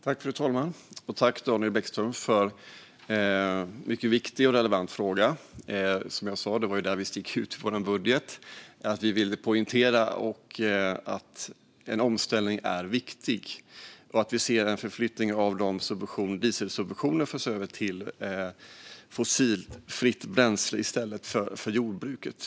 Fru talman! Tack, Daniel Bäckström, för en mycket viktig och relevant fråga! Det är som sagt där vi sticker ut i vår budget. Vi vill poängtera att en omställning är viktig. Vi vill se en förflyttning, att dieselsubventioner i stället förs över till fossilfritt bränsle för jordbruket.